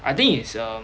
I think it's um